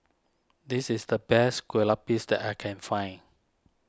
this is the best Kueh Lupis that I can find